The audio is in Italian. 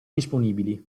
disponibili